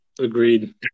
Agreed